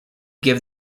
give